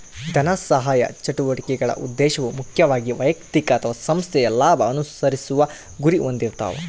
ಧನಸಹಾಯ ಚಟುವಟಿಕೆಗಳ ಉದ್ದೇಶವು ಮುಖ್ಯವಾಗಿ ವೈಯಕ್ತಿಕ ಅಥವಾ ಸಂಸ್ಥೆಯ ಲಾಭ ಅನುಸರಿಸುವ ಗುರಿ ಹೊಂದಿರ್ತಾವೆ